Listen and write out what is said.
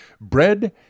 Bread